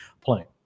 playing